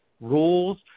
rules